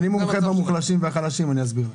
אני מומחה במוחלשים והחלשים, אני אסביר לך.